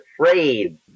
afraid